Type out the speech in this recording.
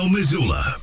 Missoula